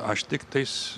aš tik tais